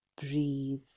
breathe